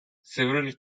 several